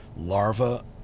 larva